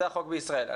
זה החוק בישראל.